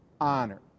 honor